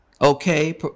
okay